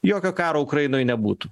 jokio karo ukrainoj nebūtų